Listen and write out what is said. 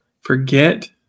Forget